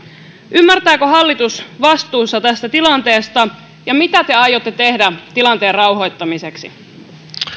ymmärtääkö hallitus vastuunsa tästä tilanteesta ja mitä te aiotte tehdä tilanteen rauhoittamiseksi